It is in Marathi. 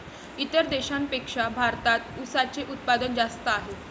इतर देशांपेक्षा भारतात उसाचे उत्पादन जास्त आहे